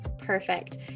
perfect